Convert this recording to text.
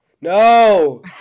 No